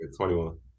21